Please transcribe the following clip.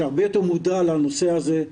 שהרבה יותר מודע לנושא הזה,